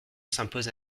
s’impose